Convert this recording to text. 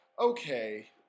okay